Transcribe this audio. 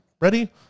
Ready